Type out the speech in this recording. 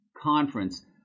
conference